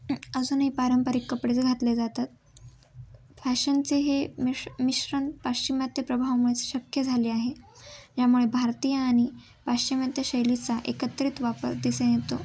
अजूनही पारंपरिक कपडेच घातले जातात फॅशनचे हे मिष मिश्रण पाश्चिमात्य प्रभावामुळेच शक्य झाले आहे यामुळे भारतीय आणि पाश्चिमात्य शैलीचा एकत्रित वापर दिसून येतो